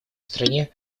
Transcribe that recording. стране